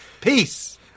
peace